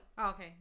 Okay